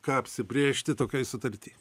ką apsibrėžti tokioj sutartį